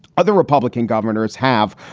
other republican governors have,